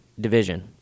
Division